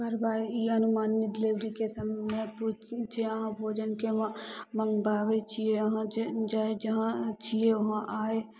कारबाही ई अनुमानित डिलीवरीके समयमे जे अहाँ भोजनके मँगबाबै छियै अहाँ जे जाय जहाँ छियै वहाँ आय